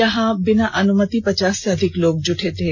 यहां बिना अनुमति के पचास से अधिक लोग जुटे थे